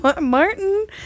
Martin